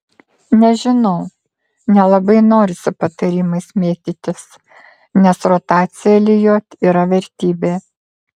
nežinau nelabai norisi patarimais mėtytis nes rotacija lijot yra vertybė